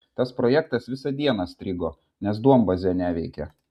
tas projektas visą dieną strigo nes duombazė neveikė